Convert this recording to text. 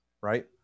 Right